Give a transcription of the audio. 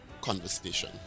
Conversation